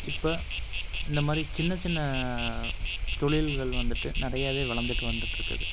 இப்போ இந்தமாதிரி சின்ன சின்ன தொழில்கள் வந்துவிட்டு நிறையவே வளர்ந்துட்டு வந்துவிட்டு இருக்குது